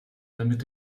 damit